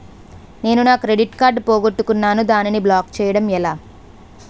నేను నా credit card పోగొట్టుకున్నాను దానిని బ్లాక్ చేయడం ఎలా?